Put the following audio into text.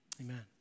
amen